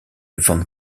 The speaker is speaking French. van